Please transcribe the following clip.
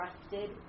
trusted